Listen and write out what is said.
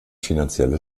finanzielle